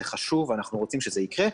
זה חשוב ואנחנו רוצים שזה יקרה.